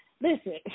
Listen